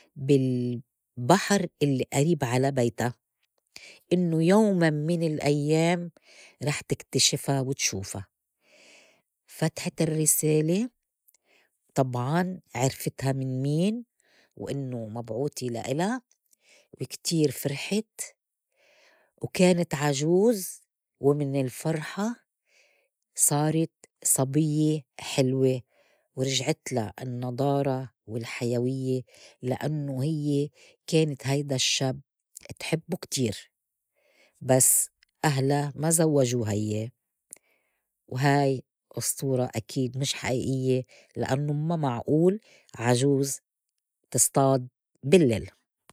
بالبحر اللّي أريب على بيتا إنّو يوماً من الأيّام رح تكتِشفا وتشوفا، فتحت الرّسالة طبعاً عرفتها من مين وإنّو مبعوتي لإلا وكتير فرحت، وكانت عجوز ومن الفرحة صارت صبيّة حلوة ورجعتلا النّضارة والحيويّة لأنوا هيّ كانت هيدا الشّب تحبّو كتير بس أهلا ما زوّجوها يا و هاي أسطورة أكيد مش حئيئيّة لأنوا ما معئول عجوز تصطاد باللّيل.